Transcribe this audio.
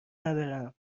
ندارم